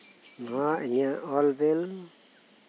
ᱱᱚᱣᱟ ᱤᱧᱟᱹᱜ ᱚᱞ ᱵᱤᱞ